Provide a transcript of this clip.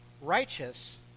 righteous